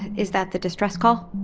is that the distress call?